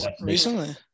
Recently